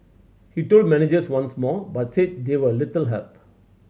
he told managers once more but said they were little help